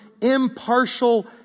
impartial